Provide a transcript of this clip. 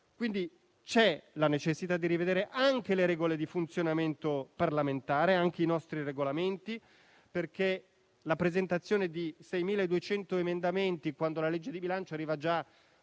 C'è la necessità di rivedere anche le regole di funzionamento parlamentare e i nostri Regolamenti, perché la presentazione di 6.200 emendamenti, quando il disegno di bilancio arriva già